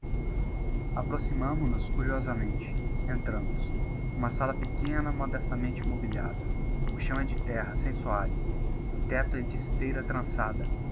approximamo nos curiosamente entramos uma sala pequena modestamente mobiliada o chão é de terra sem soalho o tecto é de esteira trançada